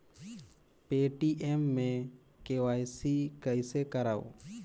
Paytm मे KYC कइसे करव?